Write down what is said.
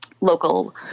local